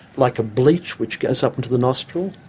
like a bleach which goes up into the nostril.